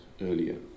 earlier